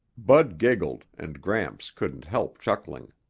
bud giggled and gramps couldn't help chuckling.